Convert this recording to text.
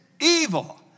evil